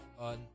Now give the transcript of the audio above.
on